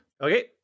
Okay